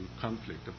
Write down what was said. conflict